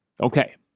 Okay